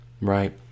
right